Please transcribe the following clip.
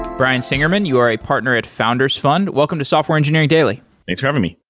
brian singerman, you are a partner at founders fund. welcome to software engineering daily. thanks for having me.